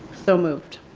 so moved.